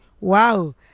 Wow